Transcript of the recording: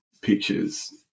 pictures